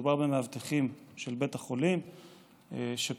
מדובר במאבטחים של בית החולים שפעלו.